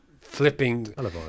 flipping